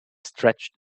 stretched